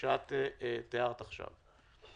שאת תיארת עכשיו.